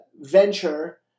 venture